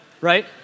right